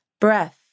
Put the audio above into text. Breath